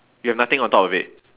you have nothing on top of it